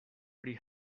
pri